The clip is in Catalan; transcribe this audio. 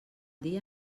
dia